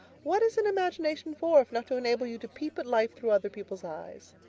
what is an imagination for if not to enable you to peep at life through other people's eyes?